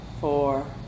four